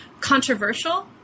controversial